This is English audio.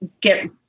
get